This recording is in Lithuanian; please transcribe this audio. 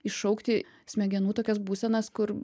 iššaukti smegenų tokias būsenas kur